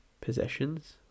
possessions